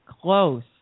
close